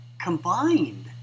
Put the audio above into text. combined